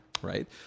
right